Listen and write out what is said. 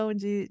de